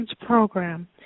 program